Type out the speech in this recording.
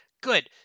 Good